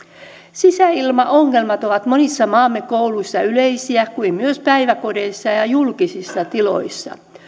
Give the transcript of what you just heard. sisäilmaongelmat ovat monissa maamme kouluissa yleisiä kuin myös päiväkodeissa ja ja julkisissa tiloissa